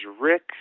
Rick